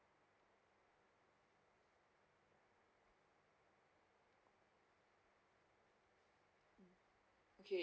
okay